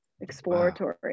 exploratory